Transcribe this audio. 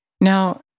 Now